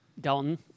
Dalton